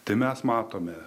tai mes matome